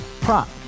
prop